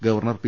governor P